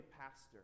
pastor